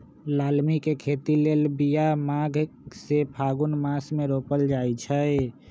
लालमि के खेती लेल बिया माघ से फ़ागुन मास मे रोपल जाइ छै